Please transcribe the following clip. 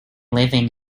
living